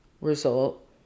result